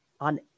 on